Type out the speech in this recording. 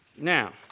Now